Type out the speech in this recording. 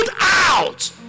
out